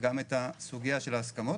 גם את הסוגייה של ההסכמות,